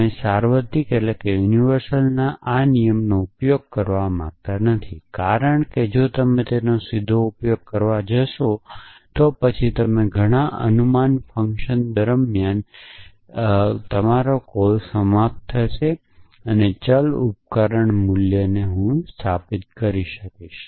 તમે સાર્વત્રિક નિયમનો ઉપયોગ કરવા માંગતા નથી કારણ કે જો તમે તેનો સીધો ઉપયોગ કરવા જશો તો પછી તમે ઘણાં અનુમાન ફંકશન ચલાવવાનું સમાપ્ત કરશો કે જેમાં હું આ ચલના મૂલ્યોને સ્થાપિત કરી શકું